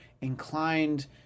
inclined